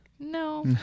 No